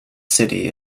city